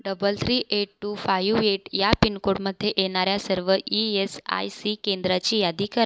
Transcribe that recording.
double three eight two five eight या पिनकोडमध्ये येणाऱ्या सर्व ई एस आय सी केंद्राची यादी कर